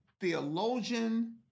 theologian